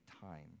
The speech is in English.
time